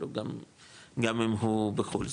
גם אם הוא בחו"ל,